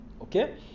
okay